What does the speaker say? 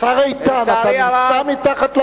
השר איתן, אתה נמצא מתחת לבמה,